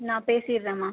நான் பேசிடுறேம்மா